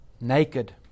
naked